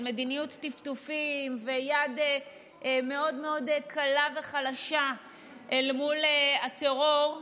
מדיניות טפטופים ויד מאוד מאוד קלה וחלשה אל מול הטרור,